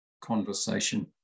conversation